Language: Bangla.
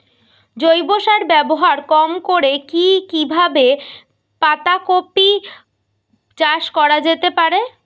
জৈব সার ব্যবহার কম করে কি কিভাবে পাতা কপি চাষ করা যেতে পারে?